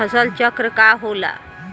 फसल चक्र का होला?